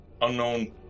unknown